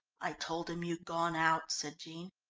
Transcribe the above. i told him you'd gone out, said jean.